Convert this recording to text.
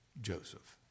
Joseph